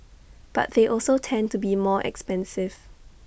but they also tend to be more expensive